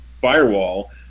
firewall